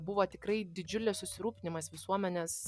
buvo tikrai didžiulis susirūpinimas visuomenės